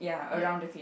ya